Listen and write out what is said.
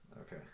Okay